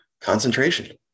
Concentration